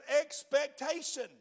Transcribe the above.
expectation